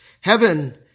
Heaven